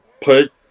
put